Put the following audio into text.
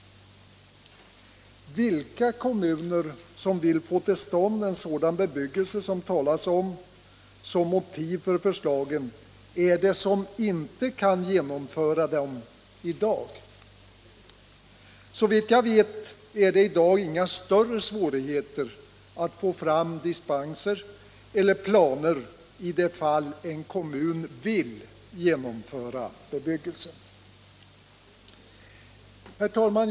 Vilka kommuner som vill få till stånd en sådan bebyggelse som det talas om som motiv för förslagen är det som inte kan genomföra den bebyggelsen i dag? Såvitt jag vet är det i dag inga större svårigheter att få fram dispenser eller planer i de fall en kommun vill genomföra bebyggelsen. Herr talman!